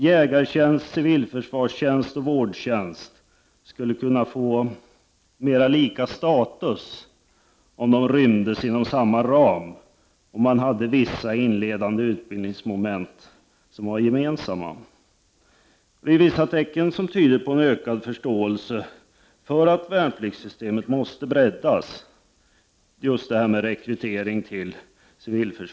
Jägartjänst, civilförsvarstjänst och vårdtjänst skulle få en mer lika status om de rymdes inom samma ram, och vissa inledande utbildningsmoment kan bli gemensamma. Just rekryteringen till civilförsvaret ger vissa tecken som tyder på en ökad förståelse för att värnpliktssystemet måste breddas.